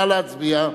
נא להצביע.